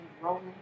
rolling